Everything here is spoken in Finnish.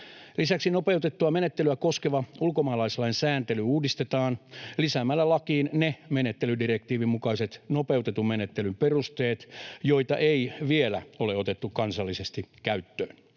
Lisäksi nopeutettua menettelyä koskeva ulkomaalaislain sääntely uudistetaan lisäämällä lakiin ne menettelydirektiivin mukaiset nopeutetun menettelyn perusteet, joita ei vielä ole otettu kansallisesti käyttöön.